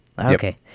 okay